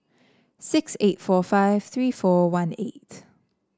six eight four five three four one eight